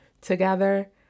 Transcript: together